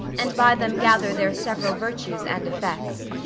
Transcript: and by them gather their several virtues and effects.